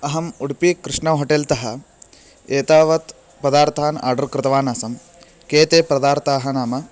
अहम् उडुपि कृष्णः होटेल्तः एतावत् पदार्थान् आर्ड्र कृतवान् आसम् के ते पदार्थाः नाम